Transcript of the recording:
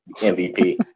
MVP